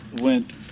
went